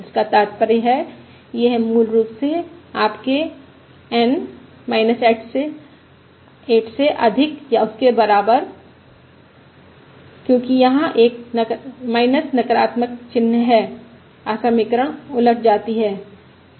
जिसका तात्पर्य है यह मूल रूप से आपके N 8 से अधिक या उसके बराबर क्योंकि यहां एक नकारात्मक चिन्ह है असमीकरण उलट जाती है